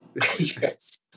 Yes